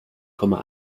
komma